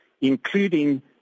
including